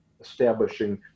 establishing